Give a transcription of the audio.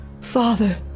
Father